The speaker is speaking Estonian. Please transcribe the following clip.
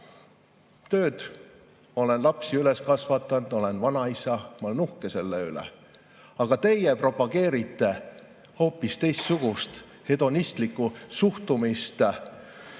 tööd, olen lapsi üles kasvatanud, olen vanaisa. Ma olen uhke selle üle. Aga teie propageerite hoopis teistsugust, hedonistlikku suhtumist,